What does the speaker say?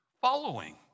following